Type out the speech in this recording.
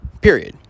period